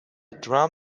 drum